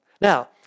Now